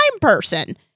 person